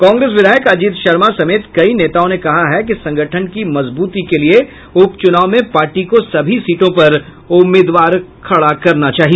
कांग्रेस विधायक अजित शर्मा समेत कई नेताओं ने कहा है कि संगठन की मजबूती के लिए उपचुनाव में पार्टी को सभी सीटों पर उम्मीदवार खड़ा करना चाहिए